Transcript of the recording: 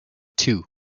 two